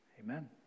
Amen